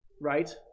right